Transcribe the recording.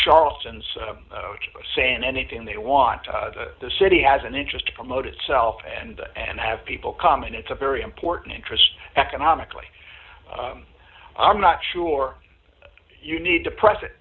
charleston's saying anything they want to the city has an interest to promote itself and have people come and it's a very important interest economically i'm not sure you need to press it